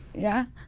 yeah?